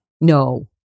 No